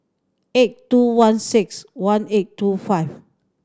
eight two one six one eight two five